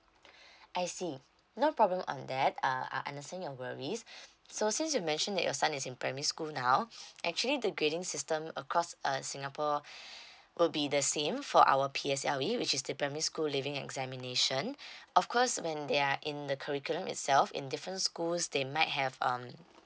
I see no problem on that uh I understand your worries so since you mentioned that your son is in primary school now actually the grading system across uh singapore would be the same for our P_S_L_E which is the primary school leaving examination of course when they are in the curriculum itself in different schools they might have um